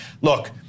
Look